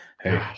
hey